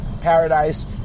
Paradise